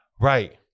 Right